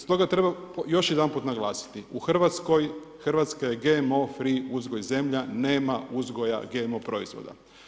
Stoga treba još jedanput naglasiti, u Hrvatskoj, Hrvatska je GMO free uzgoj zemlja, nema uzgoja GMO proizvoda.